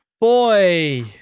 boy